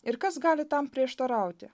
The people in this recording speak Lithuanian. ir kas gali tam prieštarauti